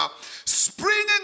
springing